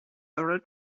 oral